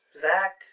Zach